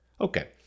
Okay